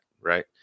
right